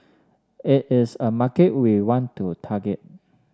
it is a market we want to target